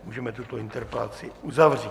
Můžeme tuto interpelaci uzavřít.